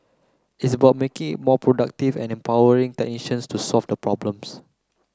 it's about making it more productive and empowering technicians to solve the problems